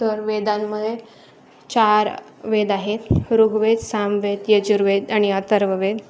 तर वेदांमध्ये चार वेद आहेत ऋग्वेद सामवेद यजुर्वेद आणि अथर्ववेद